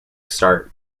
start